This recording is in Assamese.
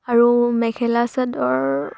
আৰু মেখেলা চাদৰ